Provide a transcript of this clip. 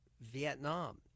Vietnam